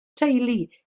teulu